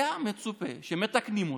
היה מצופה שהיו מתקנים אותו,